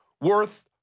worth